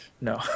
No